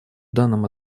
данном